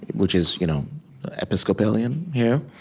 which is you know episcopalian here